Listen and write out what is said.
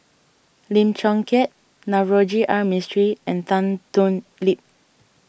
Lim Chong Keat Navroji R Mistri and Tan Thoon Lip